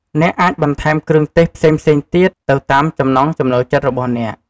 អ្នកអាចបន្ថែមគ្រឿងទេសផ្សេងៗទៀត ទៅតាមចំណងចំណូលចិត្តរបស់អ្នក។